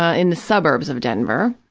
ah in the suburbs of denver.